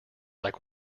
like